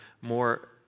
more